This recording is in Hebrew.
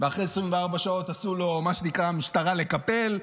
ואחרי 24 שעות עשו לו, מה שנקרא במשטרה "לקפל".